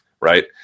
right